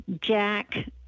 Jack